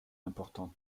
importante